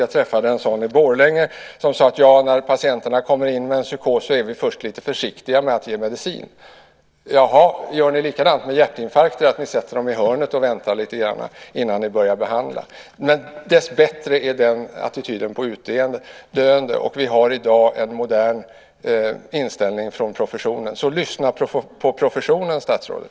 Jag träffade en sådan i Borlänge, som sade: När patienterna kommer in med en psykos så är vi först lite försiktiga med att ge medicin. Jaha, gör ni likadant med hjärtinfarkter - sätter dem i hörnet och väntar lite grann innan ni börjar behandla? undrade jag. Dessbättre är den attityden på utdöende, och vi har i dag en modern inställning från professionen. Så lyssna på professionen, statsrådet!